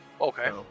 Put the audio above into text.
okay